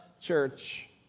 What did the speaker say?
church